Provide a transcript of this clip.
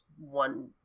one